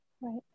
Right